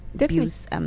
abuse